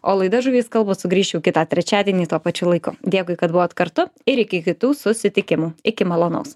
o laida žuvys kalba sugrįš jau kitą trečiadienį tuo pačiu laiku dėkui kad buvot kartu ir iki kitų susitikimų iki malonaus